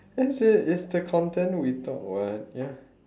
this is it's the content we talk [what] ya